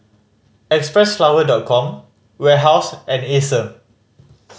Xpressflower Dot Com Warehouse and Acer